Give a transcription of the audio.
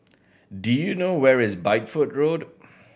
do you know where is Bideford Road